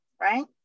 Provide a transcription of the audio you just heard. right